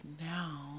now